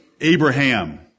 Abraham